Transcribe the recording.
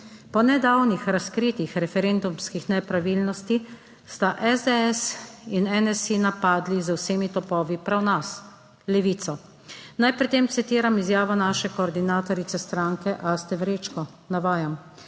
Po nedavnih razkritjih referendumskih nepravilnosti sta SDS in NSi napadli z vsemi topovi prav nas, Levico. Naj pri tem citiram izjavo naše koordinatorice stranke Aste Vrečko (navajam):